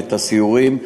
את הסיורים.